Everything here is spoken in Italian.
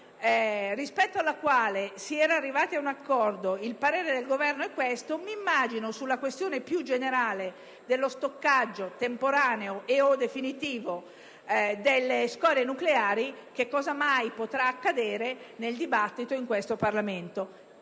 rispetto alla quale si era arrivati ad un accordo il parere del Governo è questo, immagino sul problema più generale dello stoccaggio temporaneo e/o definitivo delle scorie nucleari cosa mai potrà accadere nel dibattito che seguirà.